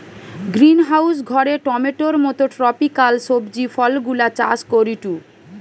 greenhouse ঘরে টমেটোর মত ট্রপিকাল সবজি ফলগুলা চাষ করিটু